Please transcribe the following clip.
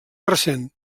recent